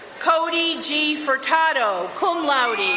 cody g. fortato, cum laude,